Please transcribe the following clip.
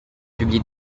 publier